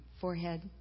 forehead